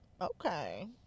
Okay